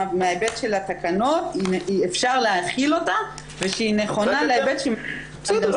מההיבט של התקנות אפשר להחיל אותה ושהיא נכונה להיבט של --- בסדר,